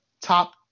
top